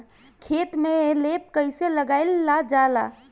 खेतो में लेप कईसे लगाई ल जाला?